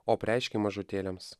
o apreiškei mažutėliams